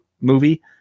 movie